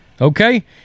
okay